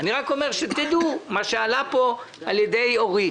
אני רק אומר שתדעו מה שעלה פה על ידי אורית,